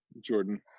Jordan